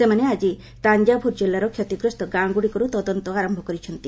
ସେମାନେ ଆଜି ତାଞ୍ଜାଭୁର୍ ଜିଲ୍ଲାର କ୍ଷତିଗ୍ରସ୍ତ ଗାଁ ଗୁଡ଼ିକରୁ ତଦନ୍ତ ଆରମ୍ଭ କରିଛନ୍ତି